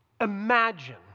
Imagine